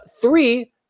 Three